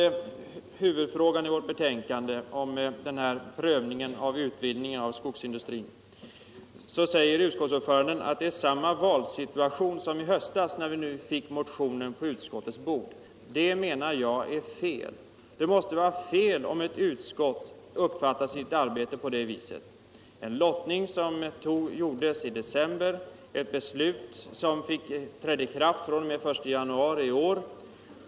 Om huvudfrågan i betänkandet — prövningen vid utvidgning av skogsindustrin — sade utskottets ordförande att vi när vi fick motionen på utskottets bord stod i samma valsituation som i höstas. Det menar jag är fel. Det måste vara fel av ett utskott att uppfatta sitt arbete på det sättet. Det är här fråga om en lottning som gjordes i december och ett beslut som trädde i kraft den 1 januari i år.